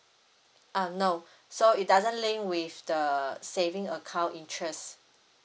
uh no so it doesn't link with the saving account interest